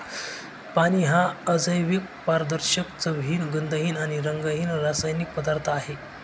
पाणी हा अजैविक, पारदर्शक, चवहीन, गंधहीन आणि रंगहीन रासायनिक पदार्थ आहे